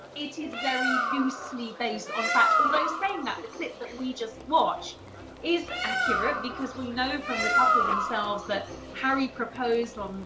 it is very loosely based on fact. although saying and that, the clip that we just watched is accurate because we know from the couple themselves that harry proposed,